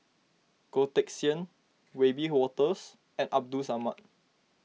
Goh Teck Sian Wiebe Wolters and Abdul Samad